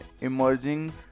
emerging